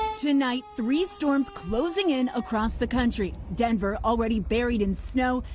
tonight three storms closing in across the country. denver already buried in snow.